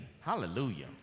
Hallelujah